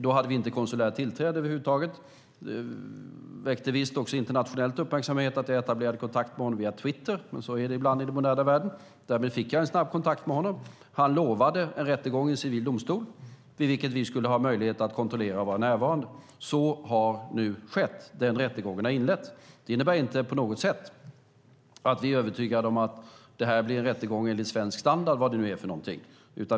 Då hade vi inte konsulärt tillträde över huvud taget. Det väckte viss internationell uppmärksamhet att jag etablerade kontakt med honom via Twitter, men så är det ibland i den moderna världen. Därmed fick jag en snabbkontakt med honom. Han lovade en rättegång i civil domstol vilken vi skulle ha möjlighet att kontrollera och vara närvarande vid. Så har nu skett. Denna rättegång har inletts. Det innebär inte på något sätt att vi är övertygade om att detta blir en rättegång enligt svensk standard - vad nu det är för någonting.